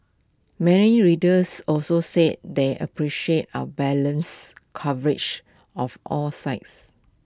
many readers also said they appreciated our balanced coverage of all sides